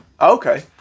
Okay